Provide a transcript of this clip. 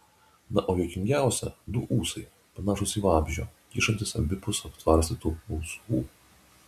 na o juokingiausia du ūsai panašūs į vabzdžio kyšantys abipus aptvarstytų ausų